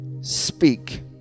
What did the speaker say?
Speak